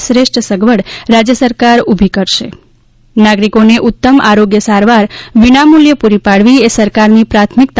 શ્રેષ્ઠ સગવડ રાજ્ય સરકાર ઊભી કરશે નાગરિકોને ઉત્તમ આરોગ્ય સારવાર વિનામૂલ્યે પુરી પાડવી એ સરકારની પ્રાથમિકતા